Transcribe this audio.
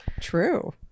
True